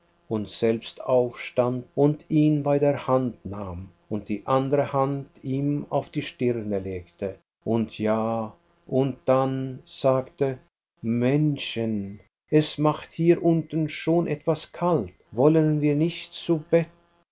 hineinschickte und selbst aufstand und ihn bei der hand nahm und die andere hand ihm auf die stirne legte und ja und dann sagte männchen es macht hier unten schon etwas kalt wollen wir nicht zu bet da